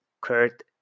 Kurt